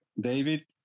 David